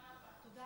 תודה